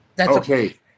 okay